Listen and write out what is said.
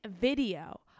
video